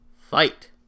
Fight